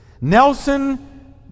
Nelson